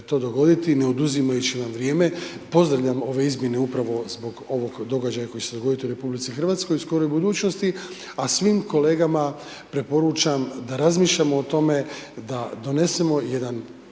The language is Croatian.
to dogoditi ne oduzimajući vam vrijeme, pozdravljam ove izmjene upravo zbog ovog događaja koji će se dogoditi u RH u skoroj budućnosti, a svim kolegama preporučam da razmišljamo o tome da donesemo jedan